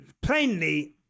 plainly